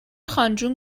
خانجون